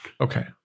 Okay